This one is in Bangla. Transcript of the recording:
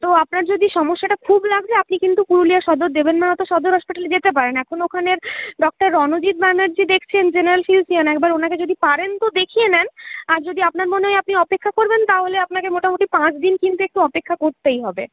তো আপনার যদি সমস্যাটা খুব লাগছে আপনি কিন্তু পুরুলিয়ার সদর দেবেন মাহাতো সদর হসপিটালে যেতে পারেন এখন ওখানের ডক্টর রণজিৎ ব্যানার্জী দেখছেন জেনারেল ফিজিশিয়ান একবার ওনাকে যদি পারেন তো দেখিয়ে নেন আর যদি আপনার মনে হয় আপনি অপেক্ষা করবেন তাহলে আপনাকে মোটামুটি পাঁচদিন কিন্তু একটু অপেক্ষা করতেই হবে